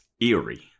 eerie